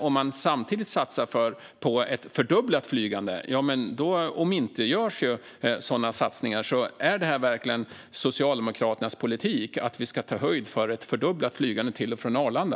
Om man samtidigt satsar på ett fördubblat flygande omintetgörs sådana satsningar. Är det verkligen Socialdemokraternas politik att vi ska ta höjd för ett fördubblat flygande till och från Arlanda?